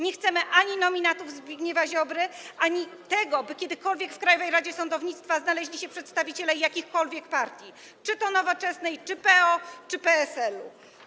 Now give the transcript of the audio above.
Nie chcemy ani nominatów Zbigniewa Ziobry, ani tego, by kiedykolwiek w Krajowej Radzie Sądownictwa znaleźli się przedstawiciele jakichkolwiek partii, czy to Nowoczesnej, czy PO, czy PSL-u.